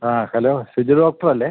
ആ ഹലോ സിജു ഡോക്ടറല്ലേ